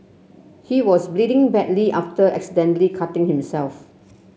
he was bleeding badly after accidentally cutting himself